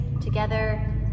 together